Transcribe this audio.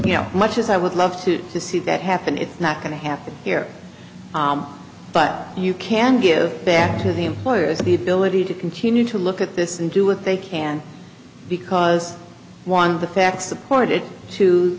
you know much as i would love to see that happen it's not going to happen here but you can give back to the employers the ability to continue to look at this and do with they can because one of the facts supported to